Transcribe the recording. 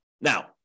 Now